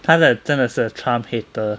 他的真的是 trump hater